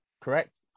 correct